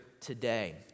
today